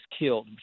killed